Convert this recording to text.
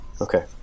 okay